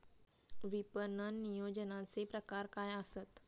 विपणन नियोजनाचे प्रकार काय आसत?